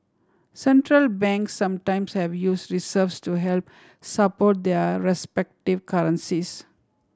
Central Banks sometimes have use reserves to help support their respective currencies